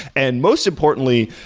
and most importantly,